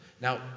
Now